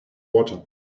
water